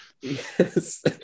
Yes